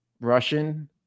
Russian